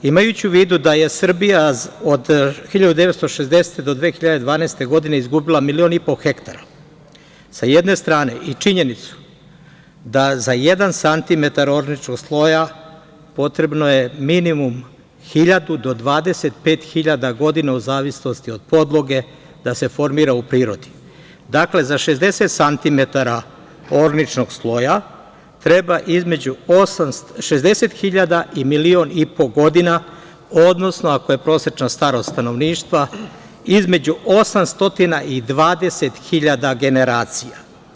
Imajući u vidu da je Srbija od 1960. do 2012. godine izgubila milion i po hektara sa jedne strane i činjenicu da za jedan santimetar orničnog sloja potrebno je minimum hiljadu do 25 hiljada godina u zavisnosti od podloge da se formira u prirodi, dakle za 60 santimetara orničnog sloja treba između 60 hiljada i milion i po godina, odnosno ako je prosečna starost stanovništva između 800 i 20 hiljada generacija.